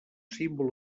símbol